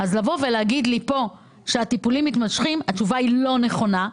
לבוא ולהגיד לי שהטיפולים מתמשכים זו תשובה לא נכונה.